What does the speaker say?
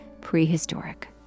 prehistoric